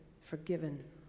forgiven